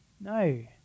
no